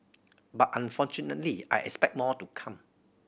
but unfortunately I expect more to come